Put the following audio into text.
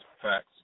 Facts